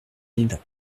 mille